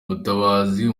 mutabazi